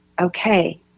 okay